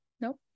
Nope